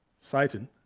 Satan